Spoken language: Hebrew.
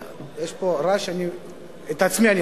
יש פה רעש, אני את עצמי אני לא שומע.